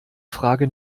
frage